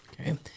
Okay